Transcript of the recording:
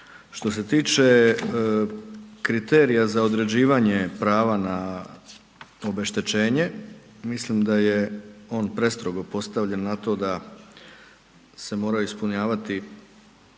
Što se tiče kriterija za određivanja prava na obeštećenje, mislim da je on prestrogo postavljen na to da se moraju ispunjavati